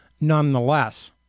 nonetheless